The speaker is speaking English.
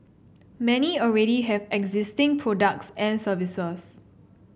many already have existing products and services